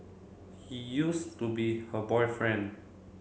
he used to be her boyfriend